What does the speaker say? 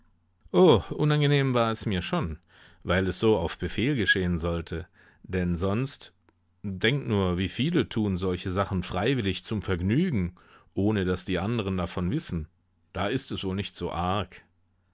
unangenehm war es mir schon weil es so auf befehl geschehen sollte denn sonst denk nur wie viele tun solche sachen freiwillig zum vergnügen ohne daß die anderen davon wissen da ist es wohl nicht so arg